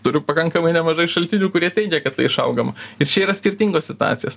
turiu pakankamai nemažai šaltinių kurie teigia kad tai išaugama ir čia yra skirtingos situacijos